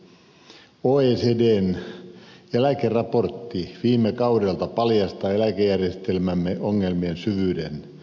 oecdn eläkeraportti viime kaudelta paljastaa eläkejärjestelmämme ongelmien syvyyden